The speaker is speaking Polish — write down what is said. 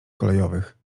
kolejowych